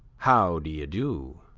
how do ye do?